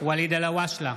ואליד אלהואשלה,